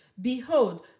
behold